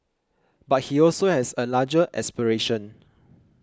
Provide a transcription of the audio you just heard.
but he also has a larger aspiration